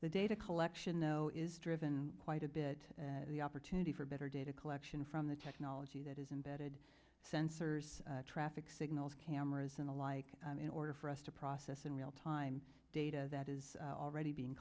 the data collection though is driven quite a bit at the opportunity for better data collection from the technology that is embedded sensors traffic signals cameras and the like in order for us to process in real time data that is already being